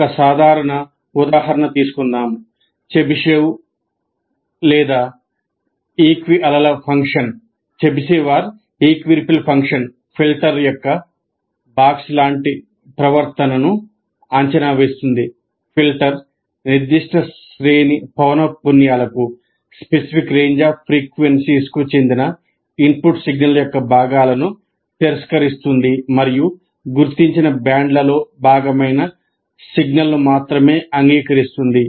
ఒక సాధారణ ఉదాహరణ తీసుకుందాం చెబిషెవ్ లేదా ఈక్వి అలల ఫంక్షన్ చెందిన ఇన్పుట్ సిగ్నల్ యొక్క భాగాలను తిరస్కరిస్తుంది మరియు గుర్తించిన బ్యాండ్లో భాగమైన సిగ్నల్ను మాత్రమే అంగీకరిస్తుంది